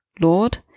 Lord